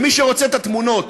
מי שרוצה את התמונות,